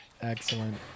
excellent